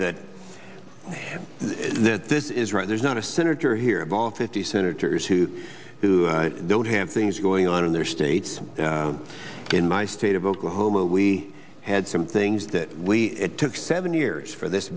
say that this is right there's not a senator here of all fifty senators who don't have things going on in their states in my state of oklahoma we had some things that we it took seven years for this